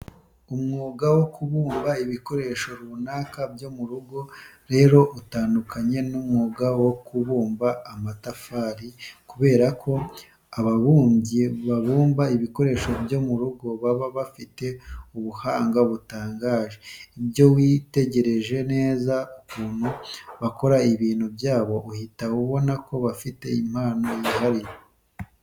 Umwuga wo kubumba ibikoresho runaka byo mu rugo rero utandukanye n'umwuga wo kubumba amatafari kubera ko ababumbyi babumba ibikoresho byo mu rugo baba bafite ubuhanga butangaje. Iyo witegereje neza ukuntu bakora ibintu byabo uhita ubona ko bafite impano yihariye.